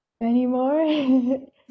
Anymore